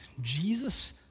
Jesus